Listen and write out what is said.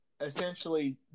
essentially